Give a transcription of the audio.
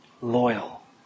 loyal